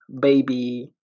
baby